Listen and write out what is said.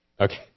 Okay